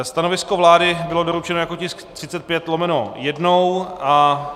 Stanovisko vlády bylo doručeno jako tisk 35/1.